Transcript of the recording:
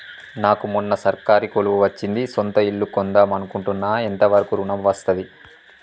నాకు మొన్న సర్కారీ కొలువు వచ్చింది సొంత ఇల్లు కొన్దాం అనుకుంటున్నా ఎంత వరకు ఋణం వస్తది?